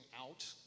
out